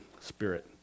spirit